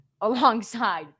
alongside